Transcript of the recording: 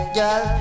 Girl